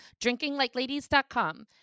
drinkinglikeladies.com